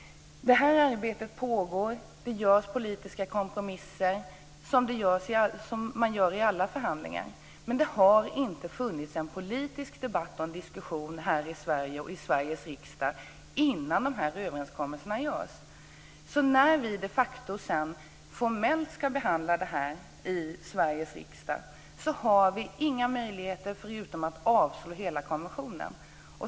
Det här arbetet pågår. Det görs politiska kompromisser, som man gör i alla förhandlingar. Men det har inte funnits en politisk debatt och diskussion här i Sverige och i Sveriges riksdag innan de här överenskommelserna görs. När vi de facto sedan formellt ska behandla det här i Sveriges riksdag har vi inga möjligheter förutom att avslå hela konventionen.